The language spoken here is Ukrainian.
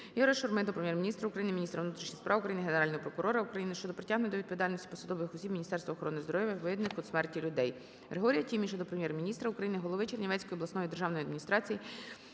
ІгоряШурми до Прем'єр-міністра України, міністра внутрішніх справ України, Генерального прокурора України щодо притягнення до відповідальності посадових осіб Міністерства охорони здоров'я, винних у смерті людей. ГригоріяТіміша до Прем'єр-міністра України, голови Чернівецької обласної державної адміністрації